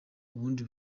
ubundi